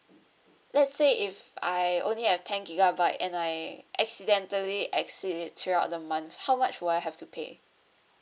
let's say if I only have ten gigabyte and I accidentally exceed it throughout the month how much will I have to pay